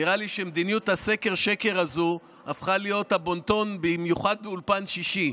נראה לי שמדיניות הסקר-שקר הזו הפכה להיות הבון-טון במיוחד באולפן שישי.